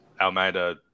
Almeida